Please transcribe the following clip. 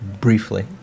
briefly